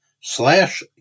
slash